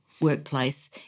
workplace